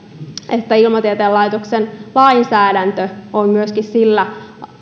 ilmatieteen laitoksen lainsäädäntö on myöskin sillä